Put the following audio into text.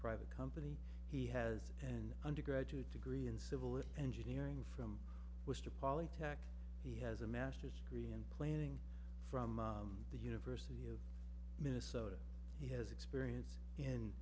private company he has an undergraduate degree in civil engineering from worcester polytechnic he has a master's degree in planning from the university of minnesota he has experience